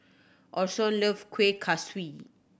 Orson love Kuih Kaswi